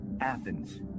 Athens